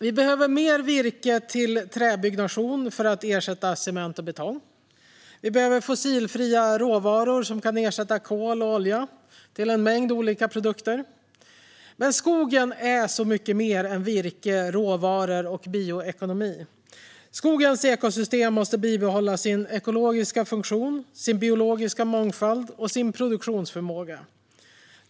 Vi behöver mer virke till träbyggnation för att ersätta cement och betong. Vi behöver fossilfria råvaror som kan ersätta kol och olja till en mängd olika produkter. Men skogen är mycket mer än virke, råvaror och bioekonomi. Skogens ekosystem måste bibehålla sin ekologiska funktion, sin biologiska mångfald och sin produktionsförmåga.